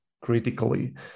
critically